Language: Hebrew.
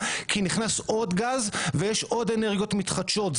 כי נכנס עוד גז ויש עוד אנרגיות מתחדשות.